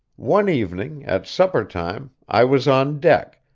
one evening, at supper-time, i was on deck,